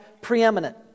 preeminent